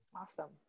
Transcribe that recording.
awesome